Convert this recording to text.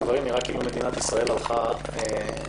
הדברים נראה כאילו מדינת ישראל הלכה אחורה.